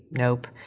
nope.